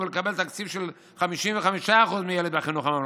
לקבל תקציב של 55% מילד בחינוך הממלכתי,